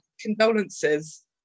condolences